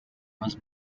was